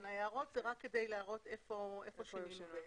ההערות הן רק כדי להראות היכן שינינו.